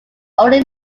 only